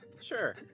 Sure